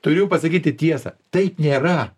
turiu pasakyti tiesą taip nėra